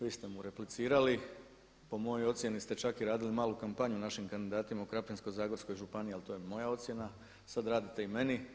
Vi ste mu replicirati, po mojoj ocjeni ste čak i radili manju kampanju našim kandidatima u Krapinsko-zagorskoj županiji, ali to je moja ocjena, sada radite i meni.